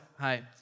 Hi